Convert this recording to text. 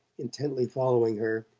intently following her,